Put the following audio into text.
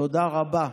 תודה רבה.